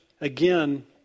again